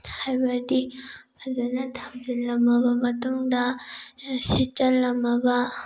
ꯍꯥꯏꯕꯗꯤ ꯐꯖꯅ ꯊꯝꯖꯤꯜꯂꯝꯂꯕ ꯃꯇꯨꯡꯗ ꯁꯤꯠꯆꯤꯜꯂꯝꯃꯒ